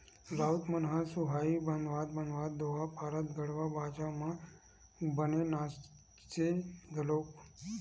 राउत मन ह सुहाई बंधात बंधात दोहा पारत गड़वा बाजा म बने नाचथे घलोक